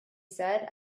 said